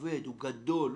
כבד וגדול.